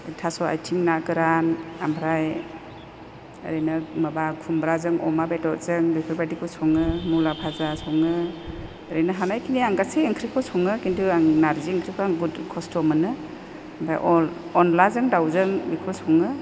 थास' आथिं ना गोरान आमफ्राय ओरैनो माबा खुमब्राजों अमा बेदरजों बेफोरबायदिखौ सङो मुला भाजा सङो ओरैनो हानायखिनि आं गासै ओंख्रिखौ सङो खिन्थु आं नारजि ओंख्रिखौ आं बुहुद खस्थ' मोनो ओमफ्राय अनद्लाजों दाउजों बेखौ सङो